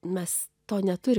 mes to neturi